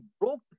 broke